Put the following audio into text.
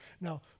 Now